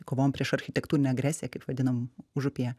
kovojom prieš architektūrinę agresiją kaip vadinam užupyje